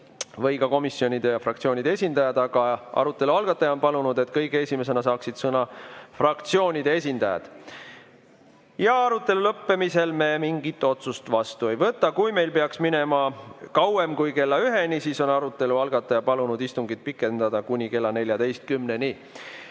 või ka komisjonide ja fraktsioonide esindajad, aga arutelu algataja on palunud, et kõige esimesena saaksid sõna fraktsioonide esindajad. Arutelu lõppemisel me mingit otsust vastu ei võta. Kui meil peaks minema kauem kui kella üheni, siis on arutelu algataja palunud istungit pikendada kuni kella 14-ni. Aga